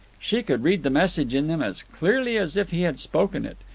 she could read the message in them as clearly as if he had spoken it,